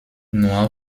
nur